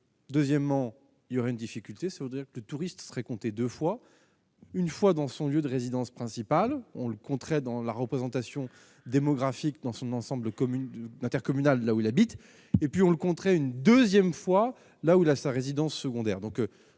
Deuxièmement, il y aura une difficulté, c'est-à-dire que le touriste seraient comptés 2 fois, une fois dans son lieu de résidence principale, on le contraire dans la représentation démographique dans son ensemble, commune de l'intercommunale de là où il habite et puis on le contrer une 2ème fois, là où a sa résidence secondaire,